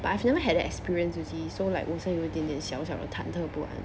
but I have never had an experience you see so like 我好像有一点点小小的忐忑不安